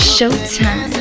Showtime